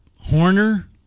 Horner